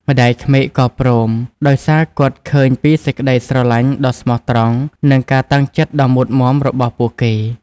ម្ដាយក្មេកក៏ព្រម ដោយសារគាត់ឃើញពីសេចក្ដីស្រឡាញ់ដ៏ស្មោះត្រង់ និងការតាំងចិត្តដ៏មុតមាំរបស់ពួកគេ។